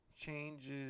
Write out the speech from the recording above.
changes